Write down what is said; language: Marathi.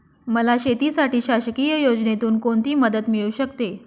मला शेतीसाठी शासकीय योजनेतून कोणतीमदत मिळू शकते?